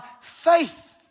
faith